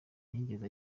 ntiyigeze